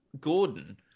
Gordon